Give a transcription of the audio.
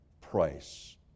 price